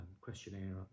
questionnaire